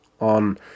on